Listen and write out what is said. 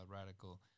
radical